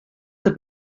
have